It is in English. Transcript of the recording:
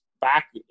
back